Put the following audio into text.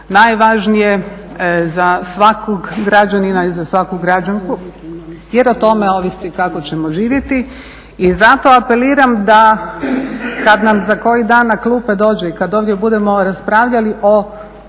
najvažnije za svakog građanina i za svaku građanku jer o tome ovisi kao ćemo živjeti. I zato apeliram da kad nam za koji dan na klupe dođe, i kad ovdje budemo raspravljali o